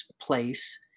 place